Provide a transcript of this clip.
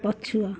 ପଛୁଆ